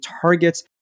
targets